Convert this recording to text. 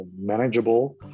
manageable